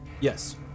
Yes